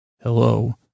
Hello